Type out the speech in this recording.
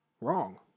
wrong